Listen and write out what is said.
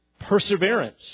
Perseverance